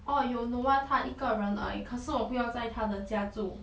orh 有 noah 他一个人而已可是我不要在他的家住